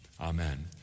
Amen